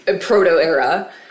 proto-era